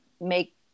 make